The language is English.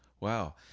Wow